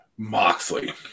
Moxley